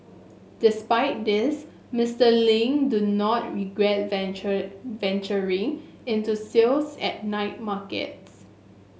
despite this Mister Ling do not regret venture venturing into sales at night markets